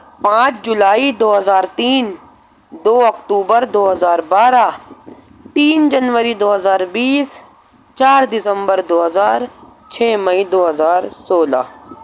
پانچ جولائی دو ہزار تین دو اکتوبر دو ہزار بارہ تین جنوری دو ہزار بیس چار دسمبر دو ہزار چھ مئی دو ہزار سولہ